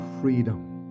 freedom